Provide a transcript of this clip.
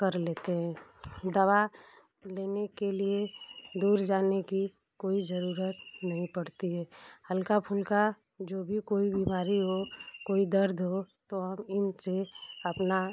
कर लेते हैं दवा लेने के लिए दूर जाने की कोई जरूरत नहीं पड़ती है हल्का फुल्का जो भी कोई बिमारी हो कोई दर्द हो तो हम इनसे अपना